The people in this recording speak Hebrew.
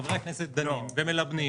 חברי הכנסת דנים ומלבנים,